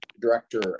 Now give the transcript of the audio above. director